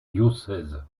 diocèse